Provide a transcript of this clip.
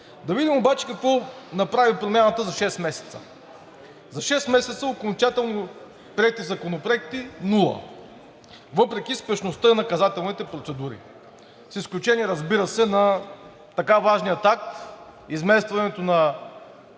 Да видим обаче какво направи Промяната за шест месеца. За шест месеца окончателно приети законопроекти – нула, въпреки спешността и наказателните процедури, с изключение, разбира се, на така важния акт – изместването на